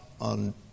on